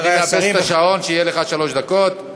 אאפס את השעון, שיהיו לך שלוש דקות.